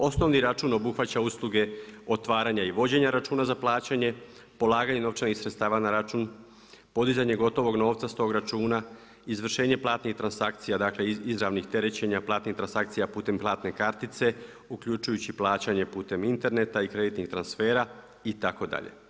Osnovni račun obuhvaća usluge otvaranja i vođenja računa za plaćanje, polaganje novčanih sredstava na račun, podizanje gotovog novca s tog računa, izvršenje platnih transakcija, dakle izravnih terećenja, platnih transakcija putem platne kartice uključujući plaćanje putem interneta i kreditnih transfera itd.